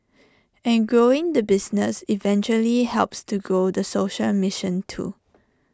and growing the business eventually helps to grow the social mission too